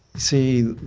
see,